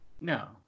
No